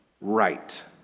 right